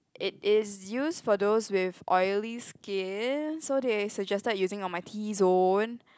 it is use for those with oily skin so they suggested using on my T zone